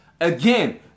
Again